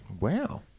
Wow